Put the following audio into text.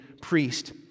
priest